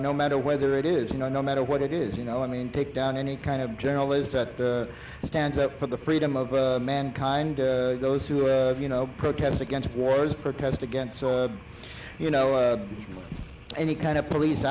no matter whether it is you know no matter what it is you know i mean take down any kind of journalist that stands up for the freedom of mankind those who are you know protest against wars protest against you know any kind of police